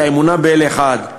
את האמונה באל אחד,